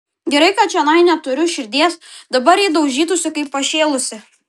gerai kad čionai neturiu širdies dabar ji daužytųsi kaip pašėlusi